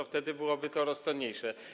Wtedy byłoby to rozsądniejsze.